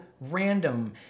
random